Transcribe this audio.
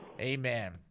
Amen